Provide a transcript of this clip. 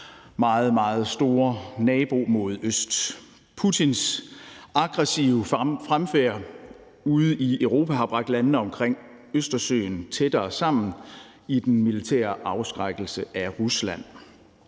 meget store nabo mod øst. Putins aggressive fremfærd ude i Europa har bragt landene omkring Østersøen tættere sammen i den militære afskrækkelse af Rusland.